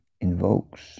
invokes